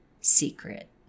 Secret